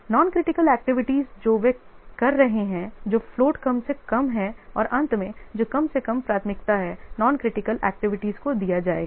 इसलिए non critical activities जो वे कर रहे हैं जो फ्लोट कम से कम है और अंत में जो कम से कम प्राथमिकता है नॉन क्रिटिकल एक्टिविटीज को दिया जाएगा